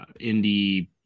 indie